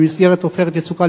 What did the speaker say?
במסגרת "עופרת יצוקה",